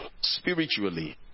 spiritually